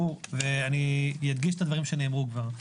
אני אדגיש את הדברים שנאמרו כבר.